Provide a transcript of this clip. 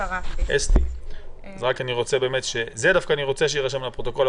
אני רוצה שזה יירשם בפרוטוקול.